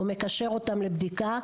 או מקשר אותם לבדיקה,